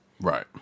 Right